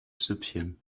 süppchen